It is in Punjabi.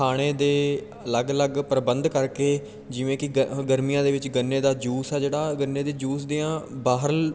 ਖਾਣੇ ਦੇ ਅਲੱਗ ਅਲੱਗ ਪ੍ਰਬੰਧ ਕਰਕੇ ਜਿਵੇਂ ਕਿ ਗ ਹ ਗਰਮੀਆਂ ਦੇ ਵਿੱਚ ਗੰਨੇ ਦਾ ਜੂਸ ਆ ਜਿਹੜਾ ਗੰਨੇ ਦੇ ਜੂਸ ਦੀਆਂ ਬਾਹਰ